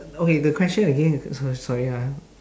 okay the question again s~ sorry ah